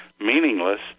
meaningless